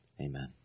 amen